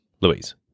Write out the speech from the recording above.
Louise